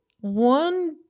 One